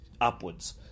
upwards